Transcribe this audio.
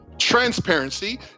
transparency